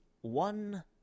one